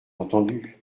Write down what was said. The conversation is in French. entendu